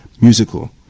musical